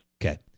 Okay